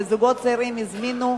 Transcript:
זוגות צעירים הזמינו אולם,